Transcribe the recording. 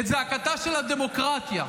את זעקתה של הדמוקרטיה,